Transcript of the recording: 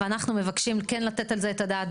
ואנחנו מבקשים כן לתת על זה את הדעת.